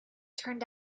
turned